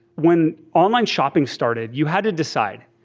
when online shopping started, you had to decide.